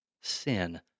sin